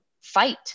fight